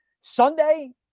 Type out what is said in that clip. Sunday